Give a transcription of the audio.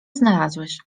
znalazłeś